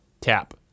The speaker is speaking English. Tap